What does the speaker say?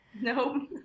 No